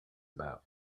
about